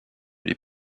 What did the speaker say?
les